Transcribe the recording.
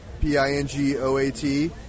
P-I-N-G-O-A-T